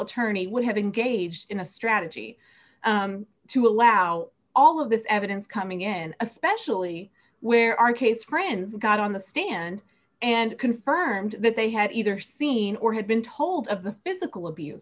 attorney would have engaged in a strategy to allow all of this evidence coming in especially where our case friends got on the stand and confirmed that they had either seen or had been told of the physical abuse